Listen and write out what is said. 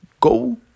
go